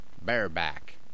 bareback